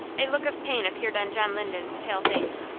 a look of pain appeared on john linden's pale face.